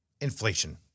Inflation